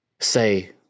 Say